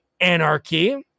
Anarchy